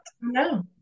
No